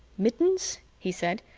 mittens? he said.